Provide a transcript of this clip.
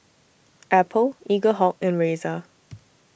Apple Eaglehawk and Razer